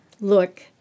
look